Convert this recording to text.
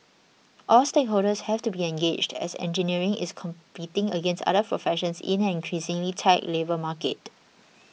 all stakeholders have to be engaged as engineering is competing against other professions in an increasingly tight labour market